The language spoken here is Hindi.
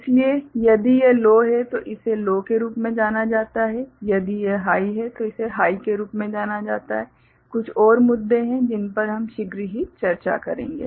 इसलिए यदि यह लो है तो इसे लो के रूप में जाना जाता है यदि यह हाइ है तो इसे हाइ के रूप में जाना जाता है कुछ और मुद्दे हैं जिन पर हम शीघ्र ही चर्चा करेंगे